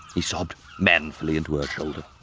he sobbed manfully into her shoulder.